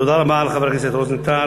תודה רבה לחבר הכנסת רוזנטל.